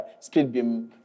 Speedbeam